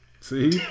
see